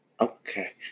Okay